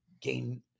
gain